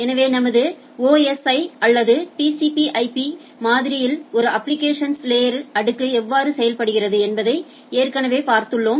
எனவே நமது OSI அல்லது TCP IP மாதிரியில் ஒரு அப்ப்ளிகேஷன் லேயா் அடுக்கு எவ்வாறு செயல்படுகிறது என்பதை ஏற்கனவே பார்த்துள்ளோம்